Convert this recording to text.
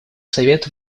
совет